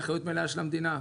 האחריות המלאה היא של המדינה.